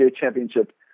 championship